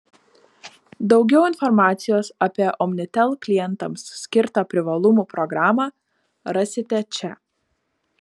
daugiau informacijos apie omnitel klientams skirtą privalumų programą rasite čia